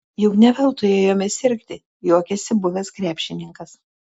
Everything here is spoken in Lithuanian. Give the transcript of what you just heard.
juk ne veltui ėjome sirgti juokėsi buvęs krepšininkas